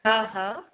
हा हा